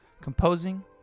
composing